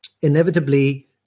Inevitably